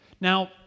Now